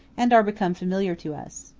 and are become familiar to us.